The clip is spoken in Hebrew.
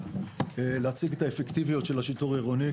להציג את האפקטיביות של השיטור העירוני,